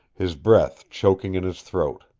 his breath choking in his throat.